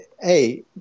hey